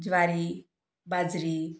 ज्वारी बाजरी